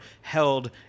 held